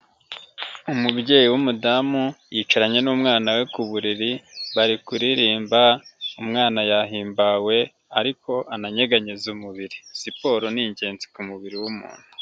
Umubyeyi w'umudamu yicaranye n'umwana we ku buriri bari kuririmbaz umwana yahimbawe ariko ana nyeganyeza umubiri, siporo ni ingenzi ku mubiri w'umuntu.